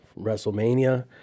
WrestleMania